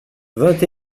vingt